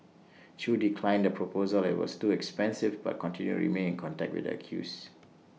chew declined the proposal as IT was too expensive but continued to remain in contact with the accused